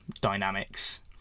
dynamics